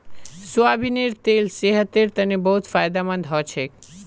सोयाबीनेर तेल सेहतेर तने बहुत फायदामंद हछेक